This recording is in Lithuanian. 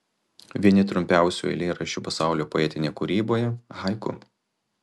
vieni trumpiausių eilėraščių pasaulio poetinėje kūryboje haiku